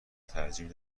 ترجیح